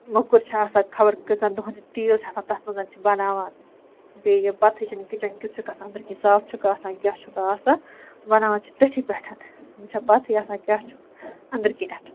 مۅکُر چھِ آسان خبر کٔژَن دۄہَن یِم تیٖل چھُ آسان تَتھ منٛز چھِ بَناوان بیٚیہِ یِم پَتہٕ ہٕے چھِنہٕ کِچَن کٮُ۪تھ چھُکھ آسان أنٛدرۍ کِنۍ صاف چھُکھا آسان کیٛاہ چھُکھا آسان بَناوان چھِ تٔتھی پٮ۪ٹھ وۅنۍ چھَنہٕ پَتہٕ ہٕے آسان کیٛاہ چھُکھ أنٛدرۍ کِنٮ۪تھ